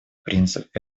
принцип